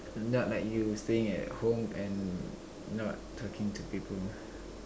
not like you staying at home and not talking to people